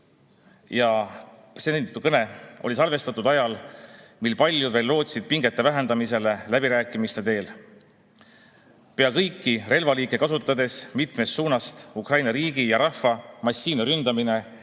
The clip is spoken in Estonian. ja pretsedenditu kõne oli salvestatud ajal, mil paljud veel lootsid pingete vähendamisele läbirääkimiste teel. Pea kõiki relvaliike kasutades mitmest suunast Ukraina riigi ja rahva massiivne ründamine,